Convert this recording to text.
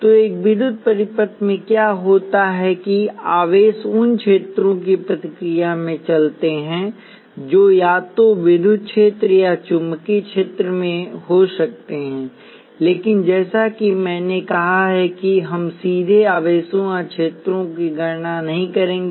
तो एक विद्युत परिपथ में क्या होता है कि आवेश उन क्षेत्रों की प्रतिक्रिया में चलते हैं जो या तो विद्युत क्षेत्र या चुंबकीय क्षेत्र हो सकते हैं लेकिन जैसा कि मैंने कहा कि हम सीधे आवेशों या आवेश क्षेत्रों की गणना नहीं करेंगे